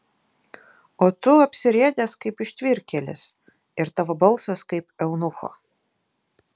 o tu apsirėdęs kaip ištvirkėlis ir tavo balsas kaip eunucho